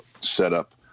setup